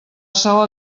saó